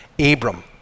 Abram